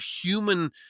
human